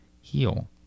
heal